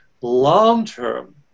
Long-term